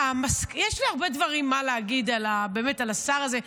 יש לי הרבה דברים להגיד באמת על השר הזה.